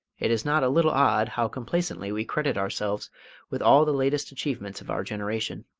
it is not a little odd how complacently we credit ourselves with all the latest achievements of our generation.